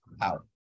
out